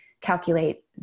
calculate